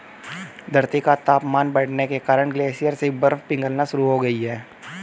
धरती का तापमान बढ़ने के कारण ग्लेशियर से बर्फ पिघलना शुरू हो गयी है